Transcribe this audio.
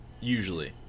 Usually